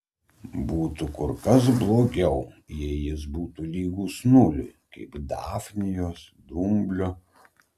būtų kur kas blogiau jei jis būtų lygus nuliui kaip dafnijos dumblio